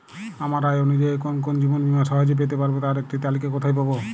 আমার আয় অনুযায়ী কোন কোন জীবন বীমা সহজে পেতে পারব তার একটি তালিকা কোথায় পাবো?